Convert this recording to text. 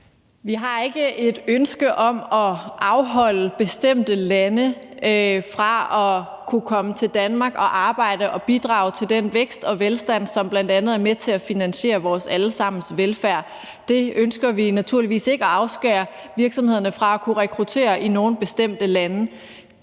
Vi har ikke et ønske om at afholde mennesker fra bestemte lande fra at kunne komme til Danmark og arbejde og bidrage til den vækst og velstand, som bl.a. er med til at finansiere vores alle sammens velfærd. Vi ønsker naturligvis ikke at afskære virksomhederne fra at kunne rekruttere i nogle bestemte lande.